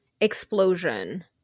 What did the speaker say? explosion